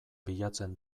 bilatzen